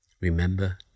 remember